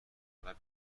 کنار